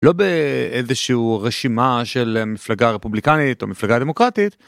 לא באיזשהו רשימה של מפלגה רפובליקנית או מפלגה דמוקרטית.